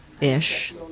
ish